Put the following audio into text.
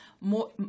more